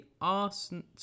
Arsenal